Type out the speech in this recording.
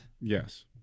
Yes